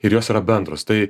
ir jos yra bendros tai